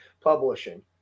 publishing